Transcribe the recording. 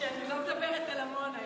שאני לא מדברת על עמונה.